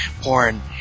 porn